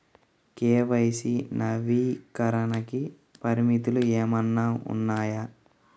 KYC నవీకరణకి పరిమితులు ఏమన్నా ఉన్నాయా?